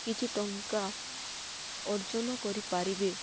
କିଛି ଟଙ୍କା ଅର୍ଜନ କରିପାରିବେ